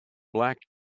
black